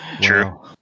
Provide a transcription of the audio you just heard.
True